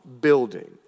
building